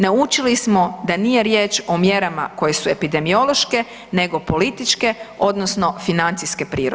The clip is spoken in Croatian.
Naučili smo da nije riječ o mjerama koje su epidemiološke, nego političke odnosno financijske prirode.